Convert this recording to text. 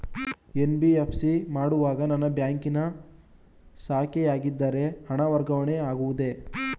NBFC ಮಾಡುವಾಗ ನನ್ನ ಬ್ಯಾಂಕಿನ ಶಾಖೆಯಾಗಿದ್ದರೆ ಹಣ ವರ್ಗಾವಣೆ ಆಗುವುದೇ?